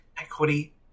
equity